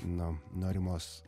na norimos